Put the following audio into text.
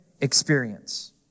experience